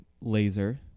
Laser